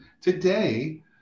Today